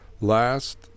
Last